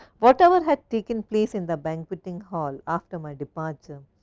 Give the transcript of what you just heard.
whatever had taken place in the banqueting hall after my departure,